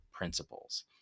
principles